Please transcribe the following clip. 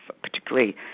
particularly